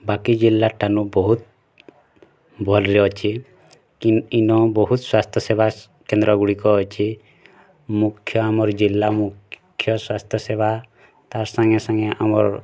ବାକି ଜିଲ୍ଲାର୍ ଟା ନୁ ବହୁତ ଭଲ୍ ରେ ଅଛି କିନ୍ ଇନ ବହୁତ ସ୍ୱାସ୍ଥ୍ୟ ସେବା କେନ୍ଦ୍ର ଗୁଡ଼ିକ ଅଛି ମୁଖ୍ୟ ଆମର୍ ଜିଲ୍ଲା ମୁଖ୍ୟ ସ୍ୱାସ୍ଥ୍ୟ ସେବା ତାର୍ ସାଙ୍ଗେ ସାଙ୍ଗେ ଆମର୍